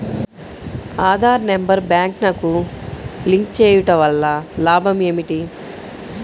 Aadhaar number బ్యాంక్నకు link చేయుటవల్ల లాభం ఏమిటి?